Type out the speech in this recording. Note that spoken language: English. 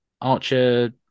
archer